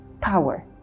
power